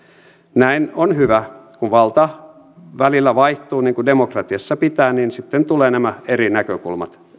näin on hyvä kun valta välillä vaihtuu niin kuin demokratiassa pitää niin sitten tulevat nämä eri näkökulmat